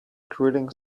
grilling